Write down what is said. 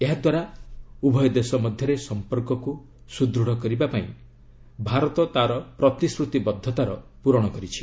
ଏହାଦ୍ୱାରା ଉଭୟ ଦେଶ ମଧ୍ୟରେ ସମ୍ପର୍କକୁ ସୁଦୃତ୍ କରିବାପାଇଁ ଭାରତ ତା'ର ପ୍ରତିଶ୍ରତିବଦ୍ଧତାର ପୂରଣ କରିଛି